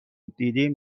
دیدیم